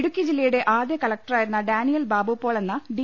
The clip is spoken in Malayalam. ഇടുക്കി ജില്ലയുടെ ആദ്യ കലക്ടറായിരുന്ന ഡാനിയൽ ബാബു പോൾ എന്ന ഡി